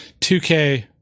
2K